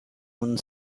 one